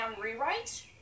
rewrite